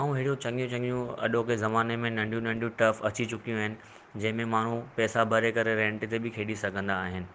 ऐं हेडियूं चङियूं अॼोके ज़माने में नंढ़ियू नंढ़ियू टफ अची चुकियूं आहिनि जिंहिं में माण्हू पैसा भरे करे रेंट ते बि खेॾी सघिन्दा आहिनि